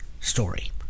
story